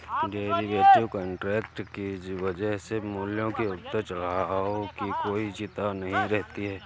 derivative contract की वजह से मूल्यों के उतार चढ़ाव की कोई चिंता नहीं रहती है